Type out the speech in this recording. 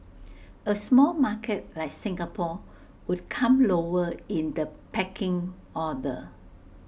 A small market like Singapore would come lower in the pecking order